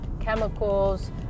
chemicals